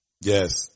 Yes